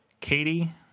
Katie